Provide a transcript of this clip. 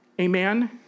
Amen